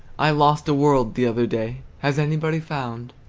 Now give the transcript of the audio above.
i lost a world the other day. has anybody found?